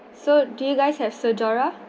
so do you guys have sjora